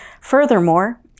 Furthermore